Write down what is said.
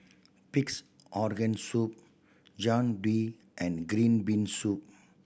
Pig's Organ Soup Jian Dui and green bean soup